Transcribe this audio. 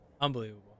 unbelievable